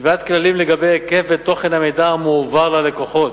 קביעת כללים לגבי היקף ותוכן המידע המועבר ללקוחות,